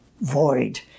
void